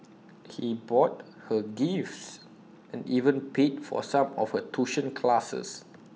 he bought her gifts and even paid for some of her tuition classes